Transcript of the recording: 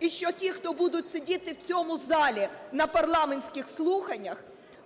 і що ті, хто будуть сидіти в цьому залі на парламентських слуханнях,